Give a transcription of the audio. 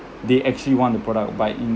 they actually want the product but